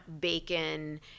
bacon